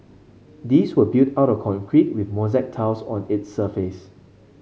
these were built out of concrete with mosaic tiles on its surface